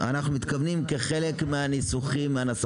אנחנו מתכוונים כחלק מהניסוחים להכניס